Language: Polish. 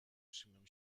przyjmują